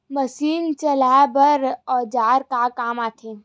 Machine चलाए बर औजार का काम आथे?